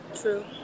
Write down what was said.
True